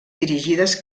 dirigides